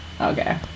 Okay